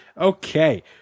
Okay